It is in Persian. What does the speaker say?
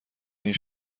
این